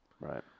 Right